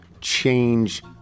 change